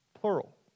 Plural